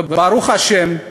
וברוך השם,